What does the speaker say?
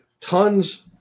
tons